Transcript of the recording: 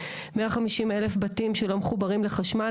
150,000 בתים שלא מחוברים לחשמל,